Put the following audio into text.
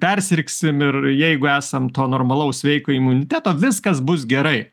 persirgsim ir jeigu esam to normalaus sveiko imuniteto viskas bus gerai